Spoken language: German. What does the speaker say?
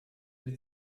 mit